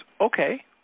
okay